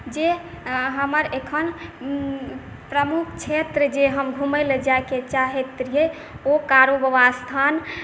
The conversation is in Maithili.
जे हमर एखन प्रमुख क्षेत्र जे हम घुमयले जाइके चाहैत रहियै ओ कारूबाबा स्थान